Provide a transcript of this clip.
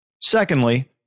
Secondly